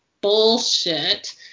bullshit